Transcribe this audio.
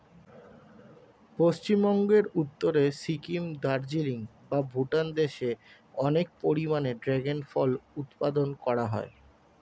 পশ্চিমবঙ্গের উত্তরে সিকিম, দার্জিলিং বা ভুটান দেশে অনেক পরিমাণে ড্রাগন ফল উৎপাদন করা হয়